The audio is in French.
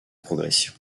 progression